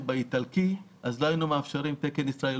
באיטליה אז לא היינו מאפשרים תקן ישראלי,